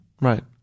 Right